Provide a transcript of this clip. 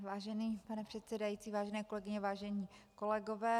Vážený pane předsedající, vážené kolegyně, vážení kolegové.